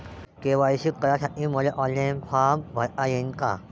KYC करासाठी मले online form भरता येईन का?